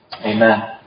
Amen